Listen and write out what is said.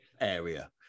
area